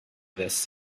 this